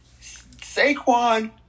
Saquon